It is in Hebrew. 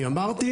אני אמרתי